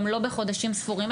גם לא בחודשים ספורים,